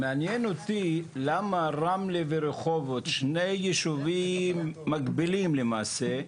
מעניין אותי למה רמלה ורחובות שני ישובים מקבילים למעשה,